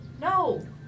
No